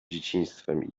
dzieciństwem